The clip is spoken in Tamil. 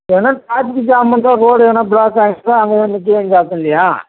எதனா ட்ராஃபிக்கு ஜாம் வந்தால் ரோடு எதனா ப்ளாக் ஆயிடுச்சுன்னா அங்கே வந்து நிற்கணும் இல்லையா